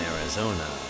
Arizona